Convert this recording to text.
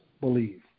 believe